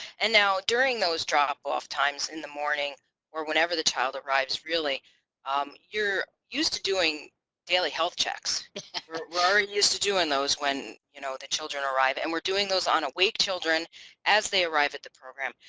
and now during those drop-off times in the morning or whenever the child arrives really um you're used to doing daily health checks. we are used to doing those when you know the children arrive and we're doing those on awake children as they arrive at the program.